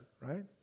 right